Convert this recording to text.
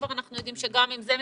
אנחנו כבר יודעים שגם עם זה משחקים,